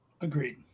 Agreed